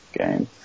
game